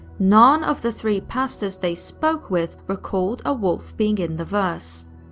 none of the three pastors they spoke with recalled a wolf being in the verse.